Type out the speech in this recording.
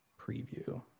preview